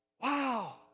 wow